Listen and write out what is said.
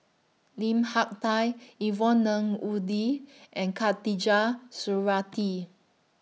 Lim Hak Tai Yvonne Ng Uhde and Khatijah Surattee